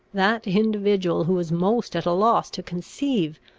that individual who was most at a loss to conceive,